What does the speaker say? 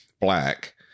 black